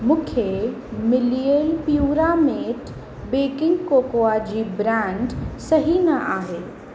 मूंखे मिलियलु प्यूरामेट बेकिंग कोकोआ जी ब्रैंड सही न आहे